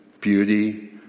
beauty